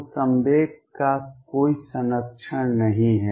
तो संवेग का कोई संरक्षण नहीं है